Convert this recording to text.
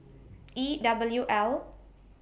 E W L